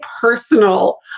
personal